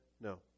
No